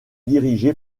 dirigé